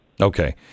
Okay